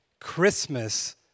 Christmas